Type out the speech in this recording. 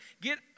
Get